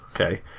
okay